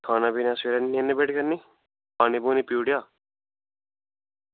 खाना पीना नेरणे पेट करी ओड़नी पानी पीऽ ओड़ेआ